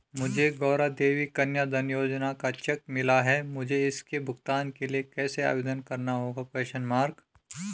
मुझे गौरा देवी कन्या धन योजना का चेक मिला है मुझे इसके भुगतान के लिए कैसे आवेदन करना होगा?